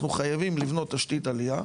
אנחנו חייבים לבנות תשתית עלייה,